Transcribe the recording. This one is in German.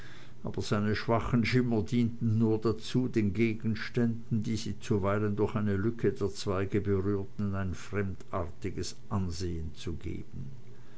aber seine schwachen schimmer dienten nur dazu den gegenständen die sie zuweilen durch eine lücke der zweige berührten ein fremdartiges ansehen zu geben